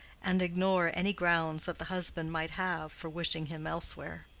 and ignore any grounds that the husband might have for wishing him elsewhere.